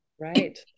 right